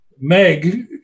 Meg